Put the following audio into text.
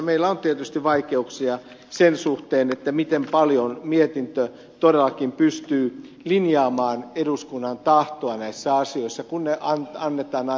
meillä on tietysti vaikeuksia sen suhteen miten paljon mietintö todellakin pystyy linjaamaan eduskunnan tahtoa näissä asioissa kun mietinnöt annetaan aina vanhasta kertomuksesta